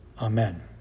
amen